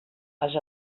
els